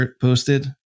posted